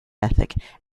ethic